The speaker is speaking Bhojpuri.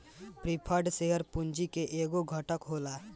प्रिफर्ड शेयर पूंजी के एगो घटक होला